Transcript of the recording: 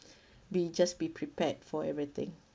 be just be prepared for everything